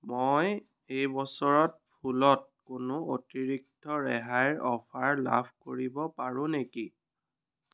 মই এই বছৰত ফুলত কোনো অতিৰিক্ত ৰেহাইৰ অফাৰ লাভ কৰিব পাৰোঁ নেকি